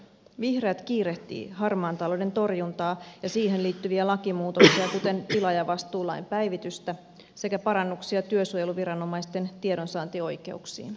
vihreät kiirehtii harmaan talouden torjuntaa ja siihen liittyviä lakimuutoksia kuten tilaajavastuulain päivitystä sekä parannuksia työsuojeluviranomaisten tiedonsaantioikeuksiin